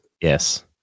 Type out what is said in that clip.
Yes